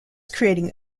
creating